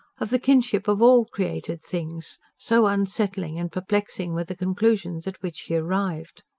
of the kinship of all created things so unsettling and perplexing were the conclusions at which he arrived.